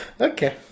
okay